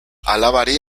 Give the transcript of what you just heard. alabari